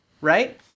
right